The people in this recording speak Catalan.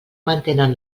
mantenen